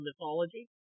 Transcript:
mythology